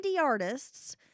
artists